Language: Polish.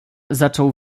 zaczął